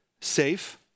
safe